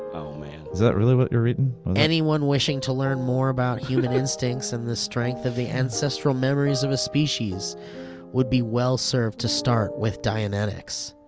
oh man. is that really what you're reading? anyone wishing to learn more about human instincts and the strength of the ancestral memories of a species would be well served to start with dianetics.